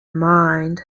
mind